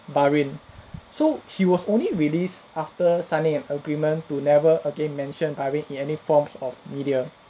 bahrain so he was only released after signing a agreement to never again mention bahrain in any forms of media